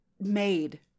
made